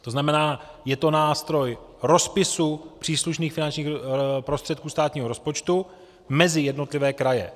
To znamená, je to nástroj rozpisu příslušných finančních prostředků státního rozpočtu mezi jednotlivé kraje.